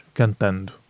cantando